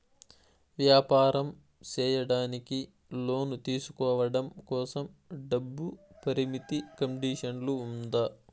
వ్యాపారం సేయడానికి లోను తీసుకోవడం కోసం, డబ్బు పరిమితి కండిషన్లు ఉందా?